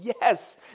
Yes